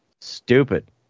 stupid